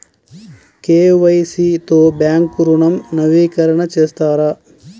KYC తో bank ఋణం నవీకరణ చేస్తారా?